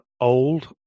old